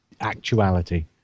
actuality